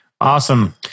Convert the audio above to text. Awesome